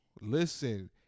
listen